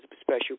special